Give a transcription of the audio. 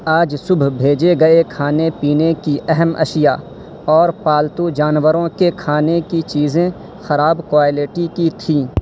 آج صبح بھیجے گئے کھانے پینے کی اہم اشیا اور پالتو جانوروں کے کھانے کی چیزیں خراب کوالٹی کی تھیں